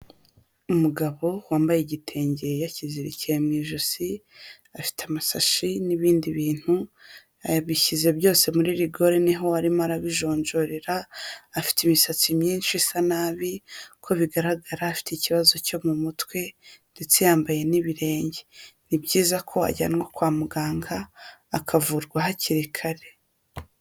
Umugabo wambaye igitenge yakizirikiye mu ijosi, afite amasashi n'ibindi bintu abishyize byose muri rigori n'iho arimo arabijonjorera, afite imisatsi myinshi isa nabi uko bigaragara afite ikibazo cyo mu mutwe ndetse yambaye n'ibirenge, ni byiza ko ajyanwa kwa muganga akavurwa hakiri kare.